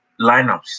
lineups